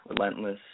relentless